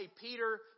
Peter